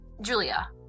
Julia